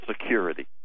Security